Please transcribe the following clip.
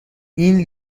این